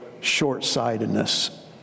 short-sightedness